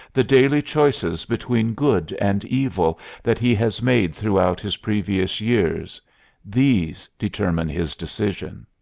the daily choices between good and evil that he has made throughout his previous years these determine his decision.